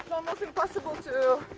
impossible to